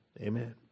Amen